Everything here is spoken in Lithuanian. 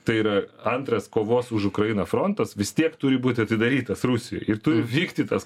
tai yra antras kovos už ukrainą frontas vis tiek turi būti atidarytas rusijoj ir turi vykti tas